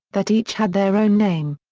that each had their own name.